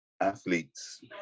athletes